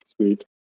Sweet